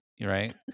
right